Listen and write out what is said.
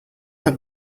got